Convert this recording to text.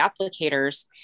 applicators